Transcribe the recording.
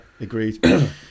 agreed